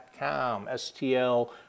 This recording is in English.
stl